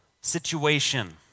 situation